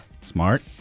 Smart